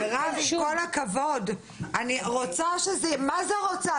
מירב, עם כל הכבוד, אני רוצה שזה, מה זה רוצה?